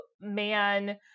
man